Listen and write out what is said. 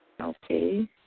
Okay